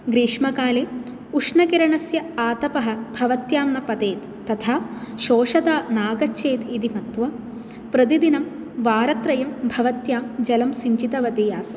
ग्रीष्मकाले उष्णकिरणस्य आतपः भवत्यां न पतेत् तथा शोषता न आगच्छेत् इति मत्वा प्रतिदिनं वारत्रयं भवत्यां जलं सिञ्चितवती आसम्